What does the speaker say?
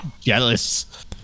Jealous